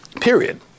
period